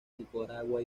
nicaragua